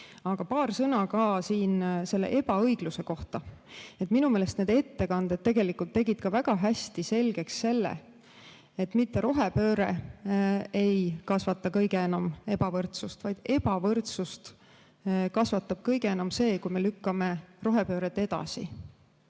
paar sõna ka ebaõigluse kohta. Minu meelest tegid tänased ettekanded väga hästi selgeks selle, et mitte rohepööre ei kasvata kõige enam ebavõrdsust, vaid ebavõrdsust kasvatab kõige enam see, kui me lükkame rohepööret edasi.